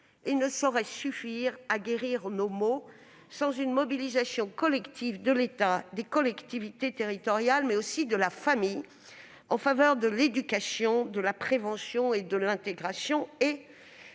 et ne saurait suffire à guérir nos maux sans une mobilisation collective de l'État, des collectivités territoriales, mais aussi de la famille en faveur de l'éducation, de la prévention et de l'intégration,